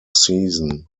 season